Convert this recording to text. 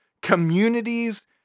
communities